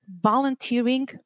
volunteering